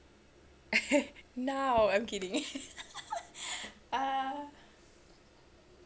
now I'm kidding ah